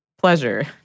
Pleasure